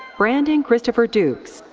brandon christopher dukes.